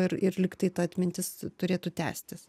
ir ir lyg tai ta atmintis turėtų tęstis